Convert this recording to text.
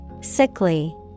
Sickly